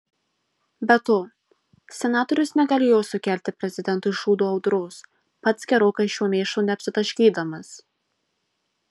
be to senatorius negalėjo sukelti prezidentui šūdo audros pats gerokai šiuo mėšlu neapsitaškydamas